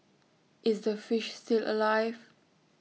is the fish still alive